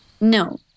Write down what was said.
No